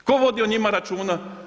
Tko vodi o njima računa?